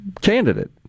candidate